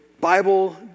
Bible